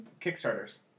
Kickstarters